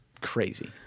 crazy